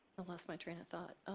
lost my train of thought.